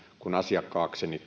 tulevat asiakkaakseni